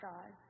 God